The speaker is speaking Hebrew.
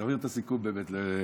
תעביר לו את הסיכום, באמת, למאיר.